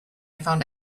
found